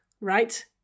right